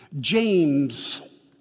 James